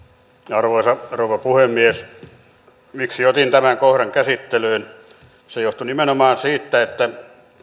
arvoisa rouva puhemies miksi otin tämän kohdan käsittelyyn se johtui nimenomaan siitä että